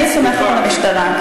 אני סומכת על המשטרה.